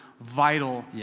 vital